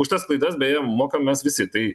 už tas klaidas beje mokam mes visi tai